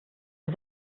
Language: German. wir